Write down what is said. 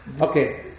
Okay